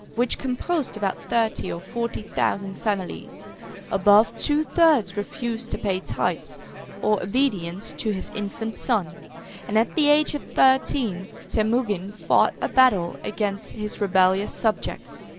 which composed about thirty or forty thousand families above two thirds refused to pay tithes or obedience to his infant son and at the age of thirteen, temugin fought a battle against his rebellious subjects.